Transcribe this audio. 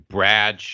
Brad